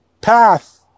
path